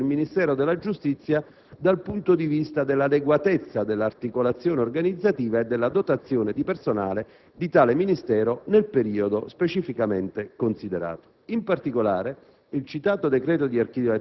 un'idea della situazione esistente presso il Ministero della giustizia, dal punto di vista dell'adeguatezza dell'articolazione organizzativa e della dotazione di personale di tale Ministero, nel periodo specificamente considerato.